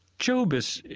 job is,